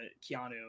Keanu